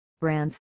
brands